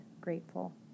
grateful